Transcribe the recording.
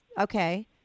Okay